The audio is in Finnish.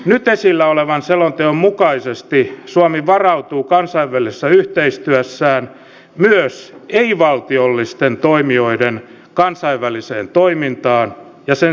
nyt esillä olevan selonteon mukaisesti suomi varautuu kansainvälisessä yhteistyössään myös ei valtiollisten toimijoiden kansainväliseen toimintaan ja sen seurauksiin